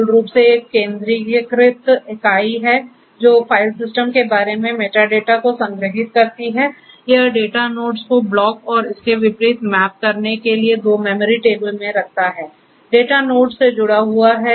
मूल रूप से एक केंद्रीयकृत इकाई है जो फ़ाइल सिस्टम के बारे में मेटाडेटा को संग्रहीत करती है यह डेटा नोड्स को ब्लॉक और इसके विपरीत मैप करने के लिए दो मेमोरी टेबल में रखता है